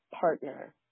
partner